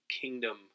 kingdom